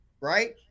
right